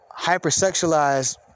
hypersexualized